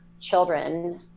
children